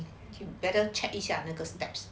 you better check 一下那个 steps